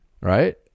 Right